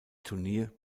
turnier